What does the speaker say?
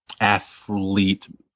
athlete